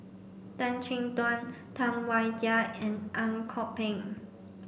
Tan Chin Tuan Tam Wai Jia and Ang Kok Peng